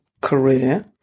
career